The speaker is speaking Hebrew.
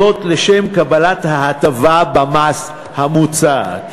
לשם קבלת ההטבה במס המוצעת.